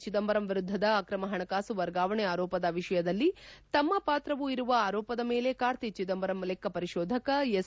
ಚಿದಂಬರಂ ವಿರುದ್ದದ ಅಕ್ರಮ ಹಣಕಾಸು ವರ್ಗಾವಣೆ ಆರೋಪದ ವಿಷಯದಲ್ಲಿ ತಮ್ನ ಪಾತ್ರವು ಇರುವ ಆರೋಪದ ಮೇಲೆ ಕಾರ್ತಿ ಚಿದಂಬರಂ ಲೆಕ್ಕಪರಿಶೋಧಕ ಎಸ್